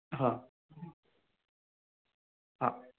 हां हां